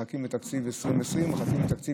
אנחנו מחכים לתקציב 2020 ומחכים לתקציב